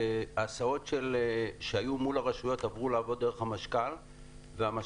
ההסעות שהיו מול הרשויות עברו לעבוד דרך המשכ"ל והמשכ"ל